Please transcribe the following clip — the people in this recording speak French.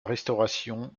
restauration